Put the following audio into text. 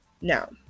Now